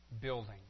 building